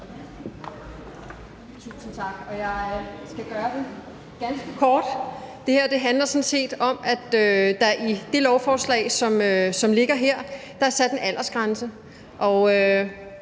Tusind tak. Og jeg skal gøre det ganske kort. Det her handler sådan set om, at der i det lovforslag, som ligger her, er sat en aldersgrænse,